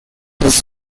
does